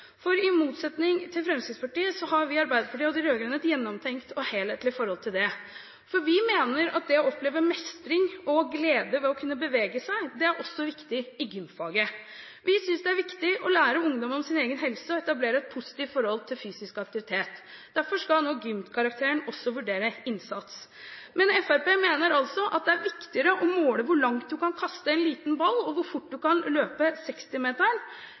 for i motsetning til Fremskrittspartiet har Arbeiderpartiet og de rød-grønne et gjennomtenkt og helhetlig forhold til det. Vi mener at det å oppleve mestring og glede ved å kunne bevege seg, er også viktig i gymfaget. Vi synes det er viktig å lære ungdom om sin egen helse og etablere et positivt forhold til fysisk aktivitet. Derfor skal nå gymkarakteren også vurdere innsats. Men Fremskrittspartiet mener altså at det er viktigere å måle hvor langt man kan kaste en liten ball og hvor fort man kan løpe